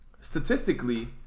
statistically